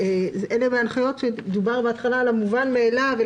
אלה הנחיות שדובר בהתחלה על המובן מאליו,